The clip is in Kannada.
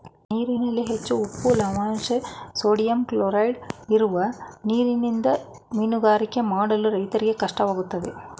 ನೀರಿನಲ್ಲಿ ಹೆಚ್ಚಿನ ಉಪ್ಪು, ಲವಣದಂಶ, ಸೋಡಿಯಂ ಕ್ಲೋರೈಡ್ ಇರುವ ನೀರಿನಿಂದ ಮೀನುಗಾರಿಕೆ ಮಾಡಲು ರೈತರಿಗೆ ಕಷ್ಟವಾಗುತ್ತದೆ